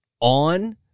on